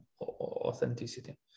authenticity